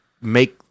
make